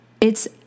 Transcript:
It's-